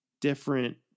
different